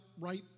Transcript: right